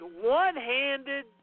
One-handed